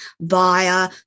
via